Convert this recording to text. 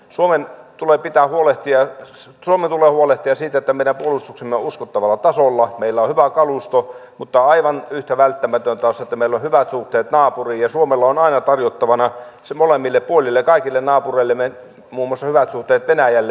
suomen tulee huolehtia siitä että meidän puolustuksemme on uskottavalla tasolla meillä on hyvä kalusto mutta aivan yhtä välttämätöntä on se että meillä on hyvät suhteet naapuriin ja suomella on aina tarjottavana ne molemmille puolille kaikille naapureillemme hyvät suhteet muun muassa venäjälle